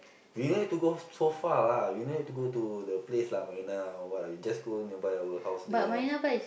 we no need to go so far lah we no need to go the place lah Marina or what we just go nearby our house there